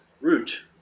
root